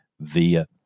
via